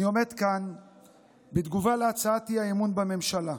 אני עומד כאן בתגובה להצעת האי-אמון בממשלה.